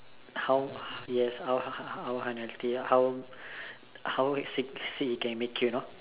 how yes uh how how how how how how how sick it can make you you know